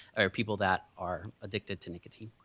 are people that are addicted to nicotine.